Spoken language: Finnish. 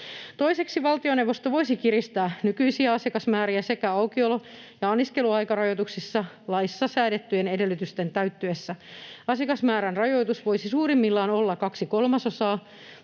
Toiseksi, valtioneuvosto voisi kiristää nykyisiä asiakasmäärä- sekä aukiolo- ja anniskeluaikarajoituksia laissa säädettyjen edellytysten täyttyessä. Asiakasmäärän rajoitus voisi suurimmillaan olla kaksi